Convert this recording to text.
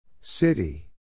City